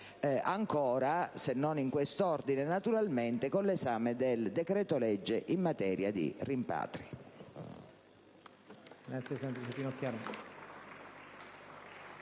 anche se non in quest'ordine naturalmente, con l'esame del decreto‑legge in materia di rimpatri.